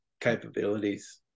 capabilities